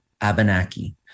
Abenaki